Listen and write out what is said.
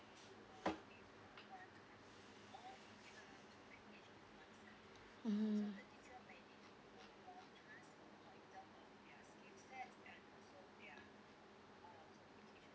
mmhmm